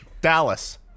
Dallas